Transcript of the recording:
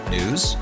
News